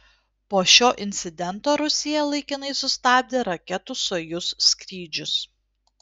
po šio incidento rusija laikinai sustabdė raketų sojuz skrydžius